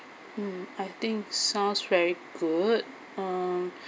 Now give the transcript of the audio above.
mm I think sounds very good um